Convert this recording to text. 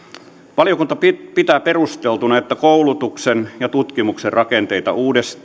valiokunta pitää perusteltuna että koulutuksen ja tutkimuksen rakenteita